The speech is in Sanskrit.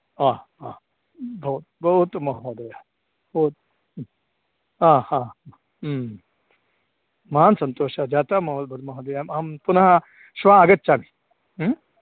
हा हा भवतु भवतु महोदयः भवतु हा हा महान्सन्तोषः जातः महोदया पुनः श्वः आगच्छामि म्